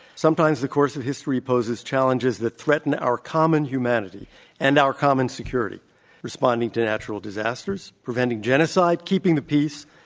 sometimes the course of history poses challenges that threaten our common humanity and our common security responding to natural disasters, preventing genocide, keeping the peace,